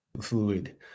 fluid